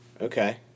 Okay